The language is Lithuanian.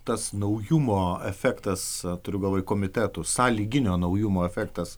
tas naujumo efektas turiu galvoje komitetų sąlyginio naujumo efektas